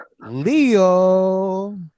Leo